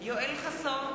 יואל חסון,